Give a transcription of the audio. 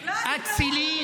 אצילי,